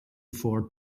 four